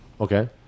okay